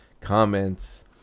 comments